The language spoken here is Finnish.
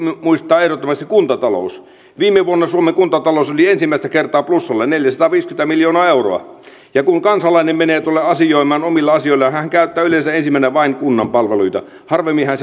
muistaa ehdottomasti kuntatalous viime vuonna suomen kuntatalous oli ensimmäistä kertaa plussalla neljäsataaviisikymmentä miljoonaa euroa kun kansalainen menee tuolla asioimaan omilla asioillaan hän hän käyttää yleensä ensinnä vain kunnan palveluita harvemmin hän